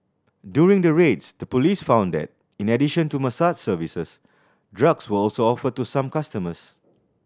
during the raids the police found that in addition to massage services drugs were also offered to some customers